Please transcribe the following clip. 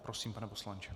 Prosím, pane poslanče.